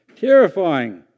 terrifying